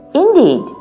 indeed